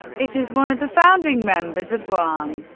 it is one of the founding members of guam,